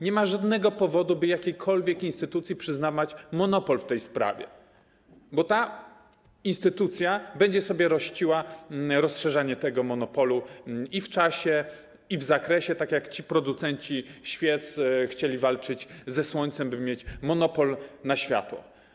Nie ma żadnego powodu, by jakiejkolwiek instytucji przyznawać monopol w tej sprawie, bo ta instytucja będzie sobie rościła rozszerzenie tego monopolu i w czasie, i w zakresie, tak jak ci producenci świec chcieli walczyć ze słońcem, by mieć monopol na światło.